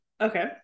Okay